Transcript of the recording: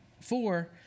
four